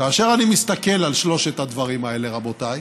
כאשר אני מסתכל על שלושת הדברים האלה, רבותיי,